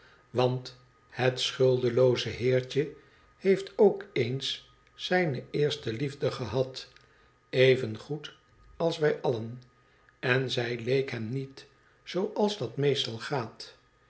want het schuldelooze heertje heeft ook eens zijne teerste liefde gehad evengoed als wij allen en zij leek hem niet zooals dat meestal gaat